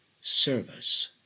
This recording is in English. service